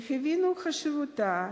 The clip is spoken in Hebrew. שהבינו את חשיבותה